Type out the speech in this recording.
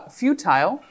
futile